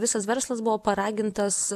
visas verslas buvo paragintas